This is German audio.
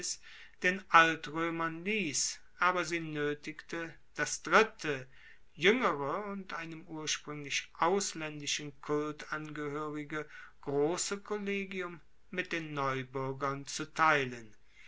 den altroemern liess aber sie noetigte das dritte juengere und einem urspruenglich auslaendischen kult angehoerige grosse kollegium mit den neubuergern zu teilen